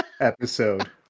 episode